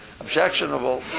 objectionable